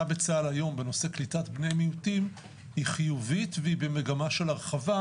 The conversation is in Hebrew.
בצה"ל היום בנושא קליטת בני מיעוטים היא חיובית והיא במגמה של הרחבה,